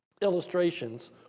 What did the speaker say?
illustrations